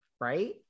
right